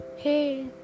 Hey